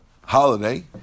holiday